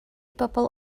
bobl